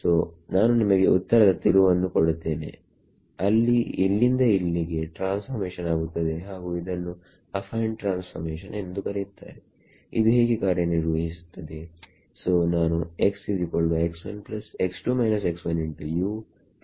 so ನಾನು ನಿಮಗೆ ಉತ್ತರದ ತಿರುವನ್ನು ಕೊಡುತ್ತೇನೆ ಅಲ್ಲಿ ಇಲ್ಲಿಂದ ಇಲ್ಲಿಗೆ ಟ್ರಾನ್ಸ್ಫಾರ್ಮೇಷನ್ ಆಗುತ್ತದೆ ಹಾಗು ಇದನ್ನು ಅಫೈನ್ ಟ್ರಾನ್ಸ್ಫಾರ್ಮೇಷನ್ ಎಂದು ಕರೆಯುತ್ತಾರೆ ಇದು ಹೇಗೆ ಕಾರ್ಯ ನಿರ್ವಹಿಸುತ್ತದೆ